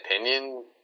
opinion